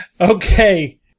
Okay